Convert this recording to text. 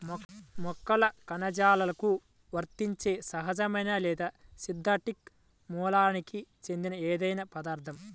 మొక్కల కణజాలాలకు వర్తించే సహజమైన లేదా సింథటిక్ మూలానికి చెందిన ఏదైనా పదార్థం